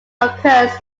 occurs